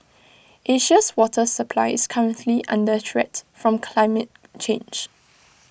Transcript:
Asia's water supply is currently under threat from climate change